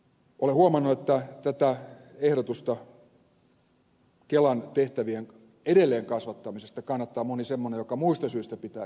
olen huomannut että tätä ehdotusta kelan tehtävien edelleen kasvattamisesta kannattaa moni semmoinen joka muista syistä pitää kelaa tärkeänä